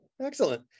Excellent